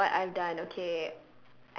oh what I have done okay